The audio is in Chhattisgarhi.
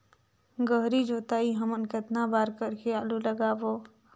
गहरी जोताई हमन कतना बार कर के आलू लगाबो?